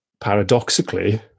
paradoxically